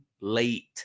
late